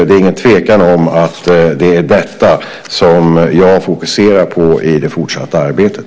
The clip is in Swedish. Det är ingen tvekan om att det är detta som jag fokuserar på i det fortsatta arbetet.